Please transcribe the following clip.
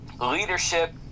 leadership